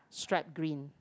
stripe green